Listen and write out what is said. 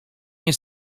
nie